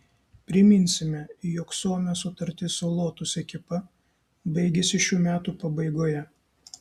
priminsime jog suomio sutartis su lotus ekipa baigiasi šių metų pabaigoje